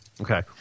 Okay